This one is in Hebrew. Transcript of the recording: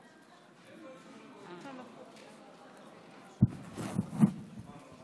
מתחייב כחבר הממשלה לשמור אמונים למדינת